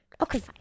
Okay